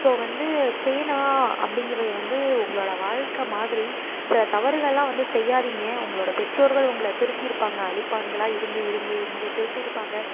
so வந்து பேனா அப்படிங்கிறது வந்து உங்களோடய வாழ்க்கை மாதிரி சில தவறுகள்லாம் வந்து செய்யாதிங்க உங்களோடய பெற்றோர்கள் உங்களை திருத்தியிருப்பாங்க அழிப்பான்களாக இருந்து இருந்து இருந்து திருத்தியிருப்பாங்க